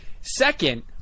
Second